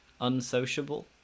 unsociable